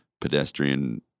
pedestrian